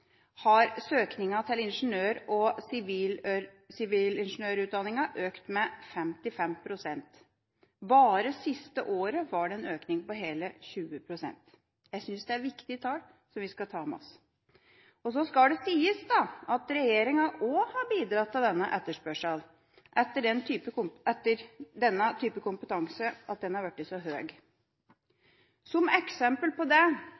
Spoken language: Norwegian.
har søkningen til ingeniør- og sivilingeniørutdanningen økt med 55 pst. Bare det siste året var det en økning på hele 20 pst. Jeg synes dette er viktige tall, som vi skal ta med oss. Det skal også sies at regjeringa har bidratt til at etterspørselen etter denne type kompetanse har blitt så høy. Som et eksempel på det